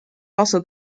also